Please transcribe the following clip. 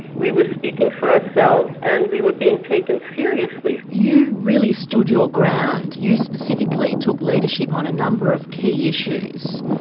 we were speaking for ourselves and we were being taken seriously. you really stood your ground, you specifically took leadership on a number of key issues.